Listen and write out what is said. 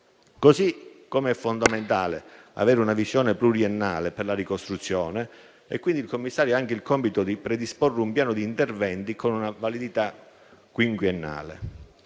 Così come è fondamentale avere una visione pluriennale per la ricostruzione, il Commissario ha anche il compito di predisporre un piano di interventi con una validità quinquennale.